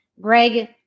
Greg